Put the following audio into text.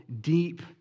deep